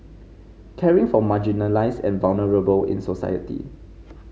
caring for marginalised and vulnerable in society